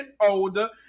older